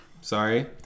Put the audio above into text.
sorry